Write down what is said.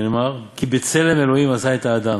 שנאמר 'כי בצלם אלהים עשה את האדם'.